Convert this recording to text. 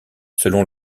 selon